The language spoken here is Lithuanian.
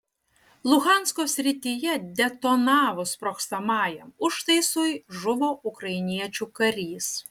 luhansko srityje detonavus sprogstamajam užtaisui žuvo ukrainiečių karys